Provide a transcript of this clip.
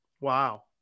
Wow